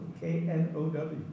K-N-O-W